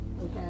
Okay